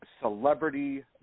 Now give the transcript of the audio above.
Celebrity